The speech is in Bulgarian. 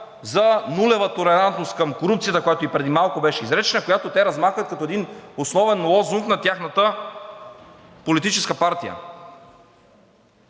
за нулева толерантност към корупцията, която и преди малко беше изречена, която те размахват като един основен лозунг на тяхната политическа партия.